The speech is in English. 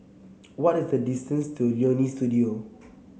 what is the distance to Leonie Studio